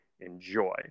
enjoy